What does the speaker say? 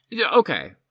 okay